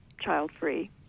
child-free